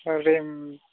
ओह रेम